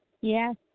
Yes